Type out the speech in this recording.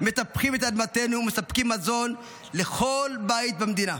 מטפחים את אדמתנו ומספקים מזון לכל בית במדינה.